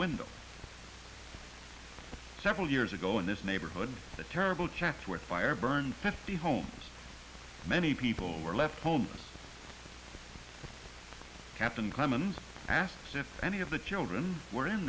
it's several years ago in this neighborhood the terrible chatsworth fire burned fifty homes many people were left homeless captain clemmons asks if any of the children were in